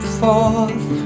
forth